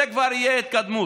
זאת כבר תהיה התקדמות.